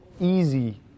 easy